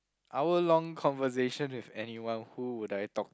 hour long conversation with anyone who would I talk